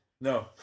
No